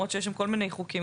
למרות שיש שם כל מיני חוקים,